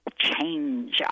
change